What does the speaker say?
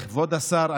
כבוד השר,